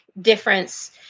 difference